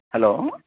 hello